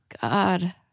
God